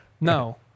No